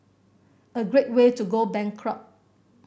a great way to go bankrupt